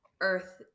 Earth